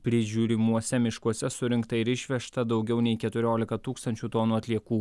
prižiūrimuose miškuose surinkta ir išvežta daugiau nei keturiolika tūkstančių tonų atliekų